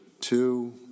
two